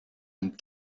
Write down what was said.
and